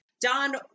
Don